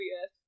yes